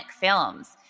films